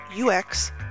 UX